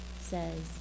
says